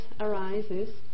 arises